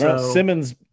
Simmons